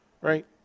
right